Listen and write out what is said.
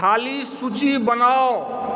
खाली सूची बनाउ